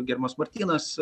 gerbiamas martynas